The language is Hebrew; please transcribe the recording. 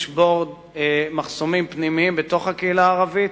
לשבור מחסומים פנימיים בתוך הקהילה הערבית,